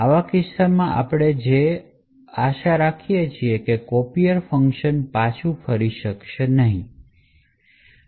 આવા કિસ્સામાં આપણે જેની અપેક્ષા રાખી શકીએ છીએ તે છે કે copier ફંક્શન પાછા ફરી શકશે નહીં